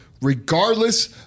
regardless